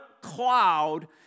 cloud